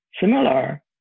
Similar